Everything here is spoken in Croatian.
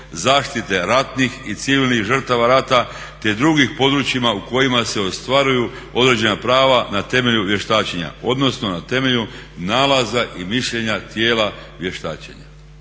zaštite ratnih i civilnih žrtava rata te drugih područja u kojima se ostvaruju određena prava na temelju vještačenja, odnosno na temelju nalaza i mišljenja tijela vještačenja,